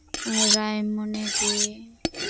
Raimoni ᱫᱤ